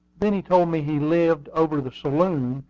then he told me he lived over the saloon,